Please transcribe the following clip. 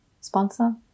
sponsor